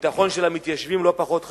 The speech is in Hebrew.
הביטחון של המתיישבים לא פחות חשוב.